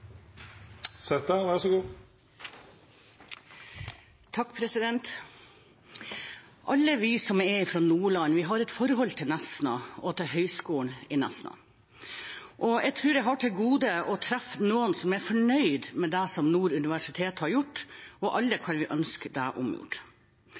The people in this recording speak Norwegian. forhold til Nesna og Høgskolen i Nesna. Jeg tror jeg har til gode å treffe noen som er fornøyd med det som Nord universitet har gjort, og alle